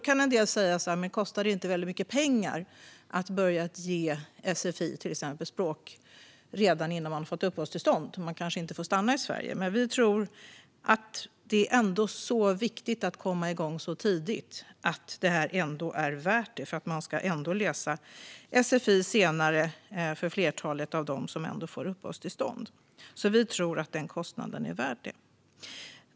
En del undrar om det inte kostar mycket pengar att börja ge sfi, språkundervisning, innan de nyanlända har fått uppehållstillstånd, om de kanske inte får stanna i Sverige. Men vi anser att det är så viktigt att komma igång tidigt att undervisningen ändå är värd pengarna. Flertalet av dem som får uppehållstillstånd ska ändå läsa sfi senare. Vi tror att den kostnaden är värd det.